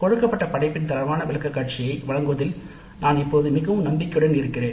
கொடுக்கப்பட்ட படைப்பின் தரமான விளக்கக்காட்சியை வழங்குவதில் நான் இப்போது மிகவும் நம்பிக்கையுடன் இருக்கிறேன்